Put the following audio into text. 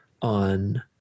on